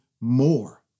more